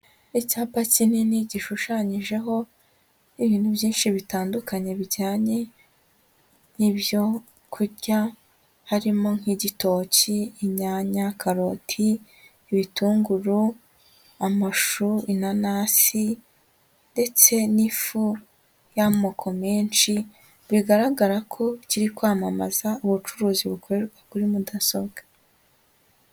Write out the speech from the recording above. Icyapa kinini gishushanyijeho ibintu byinshi bitandukanye bijyanye n'ibyo kurya, harimo nk'igitoki, inyanya, karoti, ibitunguru, amashu, inanasi ndetse n'ifu y'amoko menshi, bigaragara ko kiri kwamamaza ubucuruzi bukorerwa kuri mudasobwa.